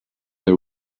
they